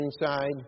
inside